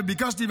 וביקשתי,